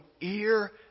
ear